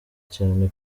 cyane